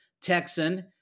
Texan